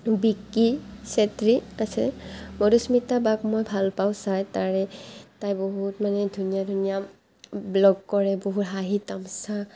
বিকি চেত্ৰী আছে মধুস্মিতা বাক মই ভাল পাওঁ চাই তাৰে তাই বহুত মানে ধুনীয়া ধুনীয়া ব্লগ কৰে বহুত হাঁহি তামাচা